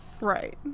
Right